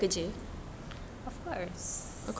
of course